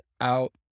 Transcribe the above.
out